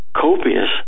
copious